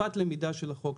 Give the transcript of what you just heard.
תקופת למידה של החוק,